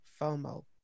FOMO